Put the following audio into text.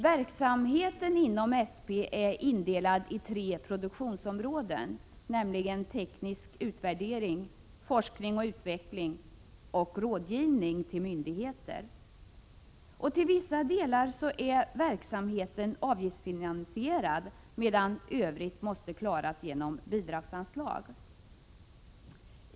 Verksamheten inom SP är indelad i tre produktionsområden, nämligen teknisk utvärdering, forskning och utveckling samt rådgivning till myndigheter. Till vissa delar är verksamheten avgiftsfinansierad, medan övrigt måste klaras genom bidragsanslag.